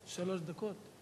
תודה.